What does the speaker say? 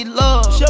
love